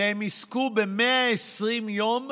היום והם יזכו ב-120 יום,